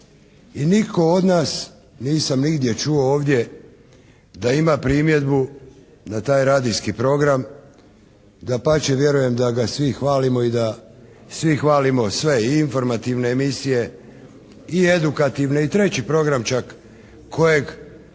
i nitko od nas, nisam nigdje čuo ovdje, da ima primjedbu na taj radijski program. Dapače, vjerujem da ga svi hvalimo i da svi hvalimo sve, i informativne emisije, i edukativne, i treći program čak kojeg